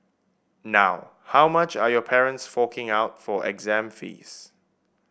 now how much are your parents forking out for exam fees